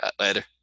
Later